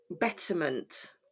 betterment